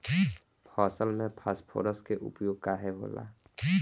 फसल में फास्फोरस के उपयोग काहे होला?